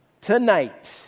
tonight